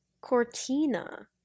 cortina